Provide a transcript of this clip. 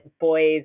boys